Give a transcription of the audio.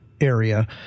area